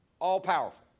all-powerful